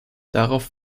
darauf